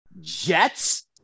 Jets